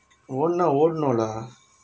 oh no no lah